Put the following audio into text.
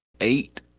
eight